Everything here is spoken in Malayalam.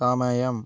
സമയം